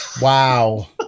Wow